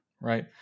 right